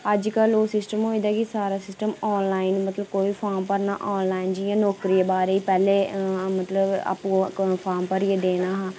अज्जकल ओह् सिस्टम होई गेदा कि सारा सिस्टम आनलाइन मतलब कोई फार्म भरना आनलाइन जियां नौकरी दे बारे च पैह्ले आपूं मतलब कोई फार्म भरियै देना हा